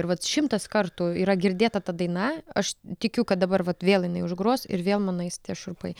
ir vat šimtas kartų yra girdėta ta daina aš tikiu kad dabar vat vėl jinai užgros ir vėl man eis tie šiurpai